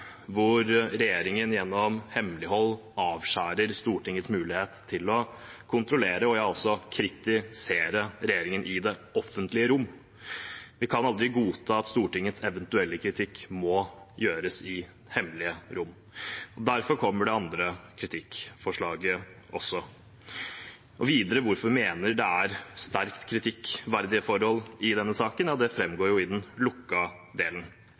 det offentlige rom. Vi kan aldri godta at Stortingets eventuelle kritikk må gjøres i hemmelige rom. Derfor kommer det andre kritikkforslaget også. Hvorfor vi mener det er sterkt kritikkverdige forhold i denne saken, framgår i den lukkede delen. Jeg mener virkelig at når man først ønsker å fremme forslag om kritikk, bør det skje i